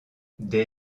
des